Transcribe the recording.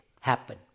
happen